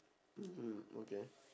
mmhmm okay